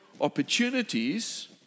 opportunities